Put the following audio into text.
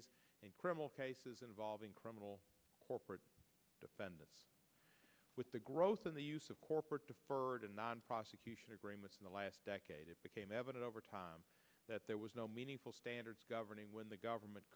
agreements in criminal cases involving criminal corporate defendants with the growth in the use of corporate deferred and non prosecution agreements in the last decade it became evident over time that there was no meaningful standards governing when the government